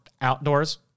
outdoors